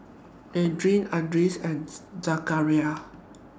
Aryan Idris and Zakaria